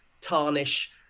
tarnish